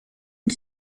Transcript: and